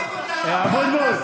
אל תפחיד אותנו.